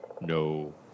no